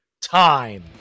time